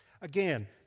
again